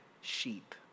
sheep